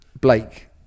Blake